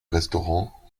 restaurant